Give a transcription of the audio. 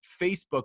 Facebook